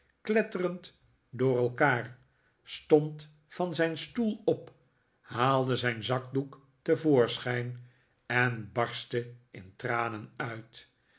kletterend door elkaar stond van zijn stoel op haalde zijn zakdoek te voorschijn en barstte in tranen uit